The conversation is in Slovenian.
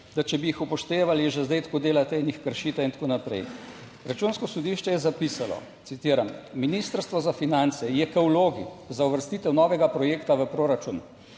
da če bi jih upoštevali, že zdaj tako delate in jih kršite in tako naprej. Računsko sodišče je zapisalo, citiram: "Ministrstvo za finance je k vlogi za uvrstitev novega projekta v proračun